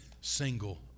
single